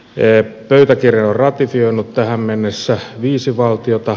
pöytäkirjan on ratifioinut tähän mennessä viisi valtiota